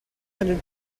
hundred